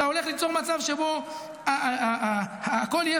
שאתה הולך ליצור מצב שבו הכול יהיה